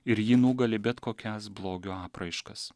ir ji nugali bet kokias blogio apraiškas